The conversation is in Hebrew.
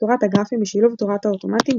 תורת הגרפים בשילוב תורת האוטומטים,